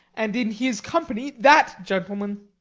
and in his company that gentleman.